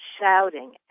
shouting